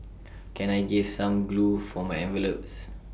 can I gave some glue for my envelopes